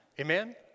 Amen